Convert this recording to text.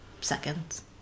seconds